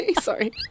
Sorry